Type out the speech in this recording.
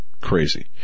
crazy